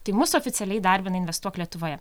tai mus oficialiai įdarbina investuok lietuvoje